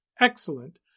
excellent